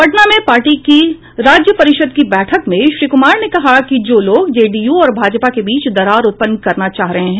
पटना में पार्टी की राज्य परिषद की बैठक में श्री कुमार ने कहा कि जो लोग जेडीयू और भाजपा के बीच दरार उत्पन्न करना चाह रहे हैं